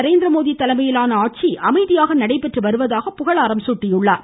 நரேந்திரமோடி தலைமையிலான ஆட்சி அமைதியாக நடைபெற்று வருவதாக புகழாரம் சூட்டினார்